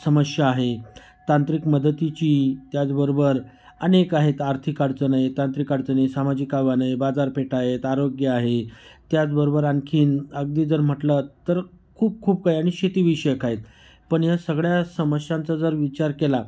समस्या आहे तांत्रिक मदतीची त्याचबरोबर अनेक आहेत आर्थिक अडचणी तांत्रिक अडचणी सामाजिक आह्वाने बाजारपेठ आहेत आरोग्य आहे त्याचबरोबर आणखी अगदी जर म्हटलं तर खूप खूप काही आणि शेतीविषयक आहेत पण या सगळ्या समस्यांचा जर विचार केला